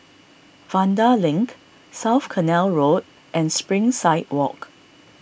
Vanda Link South Canal Road and Springside Walk